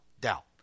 doubt